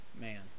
man